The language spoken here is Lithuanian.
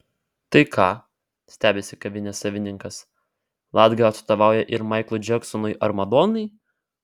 tai ką stebisi kavinės savininkas latga atstovauja ir maiklui džeksonui ar madonai